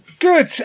Good